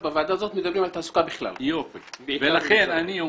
בוועדה הזאת אנחנו מדברים על תעסוקה בכלל.